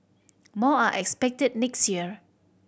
more are expected next year